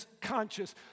conscious